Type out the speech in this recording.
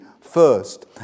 first